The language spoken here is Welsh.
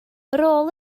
rôl